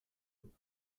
goed